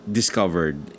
discovered